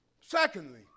Secondly